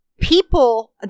people